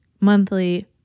monthly